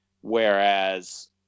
whereas